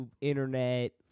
internet